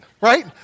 right